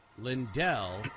Lindell